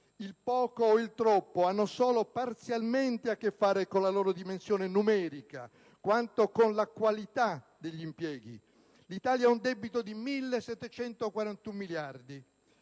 il poco o il troppo hanno solo parzialmente a che fare con la loro dimensione numerica: ciò che è essenziale è la qualità degli impieghi. L'Italia ha un debito di 1.741 miliardi.